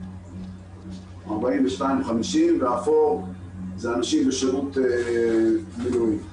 והאפור זה אנשים בשירות מילואים.